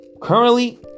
currently